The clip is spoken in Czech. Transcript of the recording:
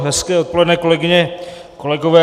Hezké odpoledne, kolegyně, kolegové.